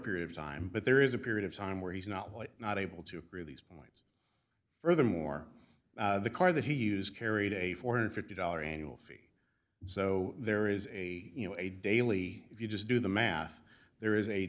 period of time but there is a period of time where he's not white not able to prove these points furthermore the car that he use carried a four hundred and fifty dollars annual fee so there is a you know a daily if you just do the math there is a